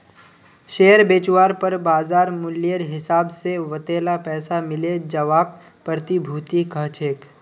share बेचवार पर बाज़ार मूल्येर हिसाब से वतेला पैसा मिले जवाक प्रतिभूति कह छेक